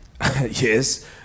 Yes